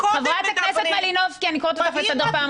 מיקי, קודם מדברים, מביאים מתווה,